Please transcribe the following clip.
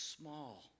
small